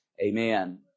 Amen